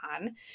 on